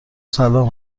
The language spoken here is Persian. سلام